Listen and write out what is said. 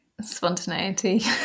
spontaneity